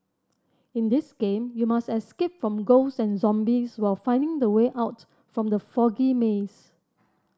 in this game you must escape from ghost and zombies while finding the way out from the foggy maze